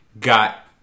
got